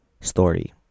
story